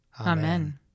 Amen